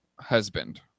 husband